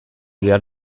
behar